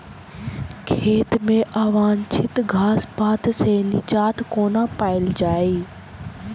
खेत मे अवांछित घास पात सऽ निजात कोना पाइल जाइ?